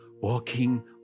walking